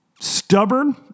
Stubborn